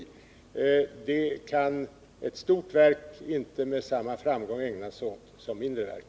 Det kan ett stort verk inte ägna sig åt med samma framgång som mindre verk.